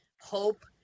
hope